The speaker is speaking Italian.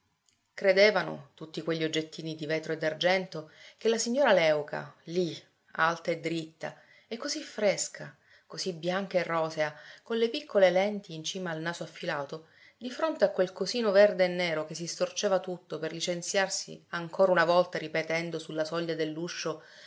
credevano tutti quegli oggettini di vetro e d'argento che la signora léuca lì alta e dritta e così fresca così bianca e rosea con le piccole lenti in cima al naso affilato di fronte a quel cosino verde e nero che si storceva tutto per licenziarsi ancora una volta ripetendo sulla soglia dell'uscio